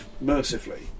mercifully